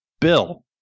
Bill